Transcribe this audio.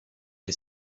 che